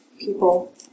people